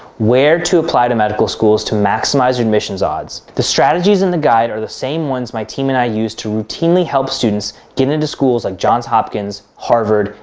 where to apply to medical schools to maximize admissions odds. the strategies in the guide are the same ones my team and i use to routinely help students get into schools like johns hopkins, harvard,